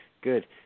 good